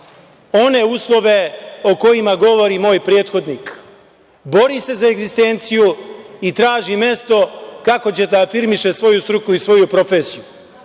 one uslove o kojima govori moj prethodnik, bori se za egzistenciju i traži mesto kako će da afirmiše svoju struku i svoju